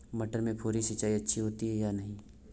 मटर में फुहरी सिंचाई अच्छी होती है या नहीं?